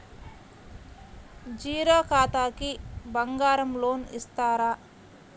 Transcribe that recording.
Zero ఖాతాకి బంగారం loan ఇస్తారా?